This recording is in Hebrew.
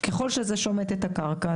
ככל שזה שומט את הקרקע,